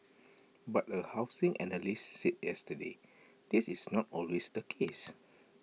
but A housing analyst said yesterday this is not always the case